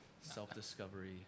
self-discovery